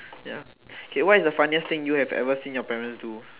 ya K what is the funniest thing you have ever seen your parents do